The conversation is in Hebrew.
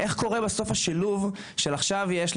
איך קורה בסוף השילוב של עכשיו יש,